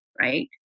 right